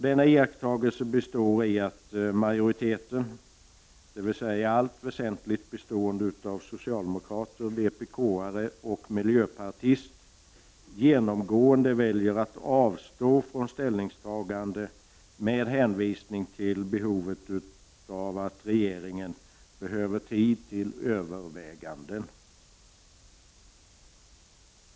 Denna iakttagelse består i att majoriteten — i allt väsentligt bestående av socialdemokrater, vpk och miljöpartiet — genomgående väljer att avstå från ställningstaganden med hänvisning till att regeringen behöver tid för överväganden.